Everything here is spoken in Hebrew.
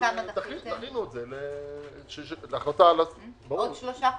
כמה דחיתם, עוד שלושה חודשים?